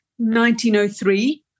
1903